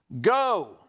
Go